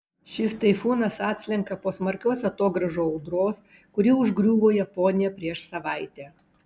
šis taifūnas atslenka po smarkios atogrąžų audros kuri užgriuvo japoniją prieš savaitę